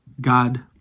God